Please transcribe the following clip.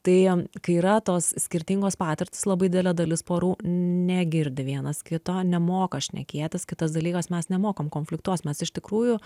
tai kai yra tos skirtingos patirtys labai didelė dalis porų negirdi vienas kito nemoka šnekėtis kitas dalykas mes nemokam konfliktuot mes iš tikrųjų